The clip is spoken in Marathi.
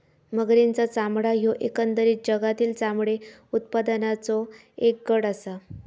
मगरींचा चामडा ह्यो एकंदरीत जगातील चामडे उत्पादनाचों एक गट आसा